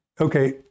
Okay